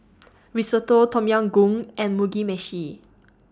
Risotto Tom Yam Goong and Mugi Meshi